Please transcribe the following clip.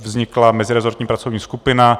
Vznikla mezirezortní pracovní skupina.